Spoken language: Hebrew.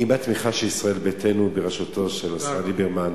עם התמיכה של ישראל ביתנו בראשותו של השר ליברמן,